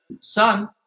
son